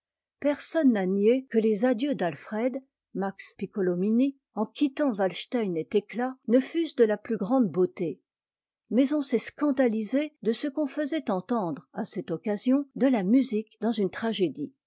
personne n'a nié que les adieux d'alfred max piccotomini en quittant walstein et thécla ne fussent de la plus grande beauté mais on s'est scandalisé de ce qu'on faisait entendre à cette occasion de la musique dans une tragédie